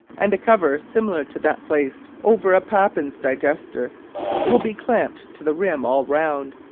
and a cover similar to that placed over a papin's digester will be clamped to the rim all round,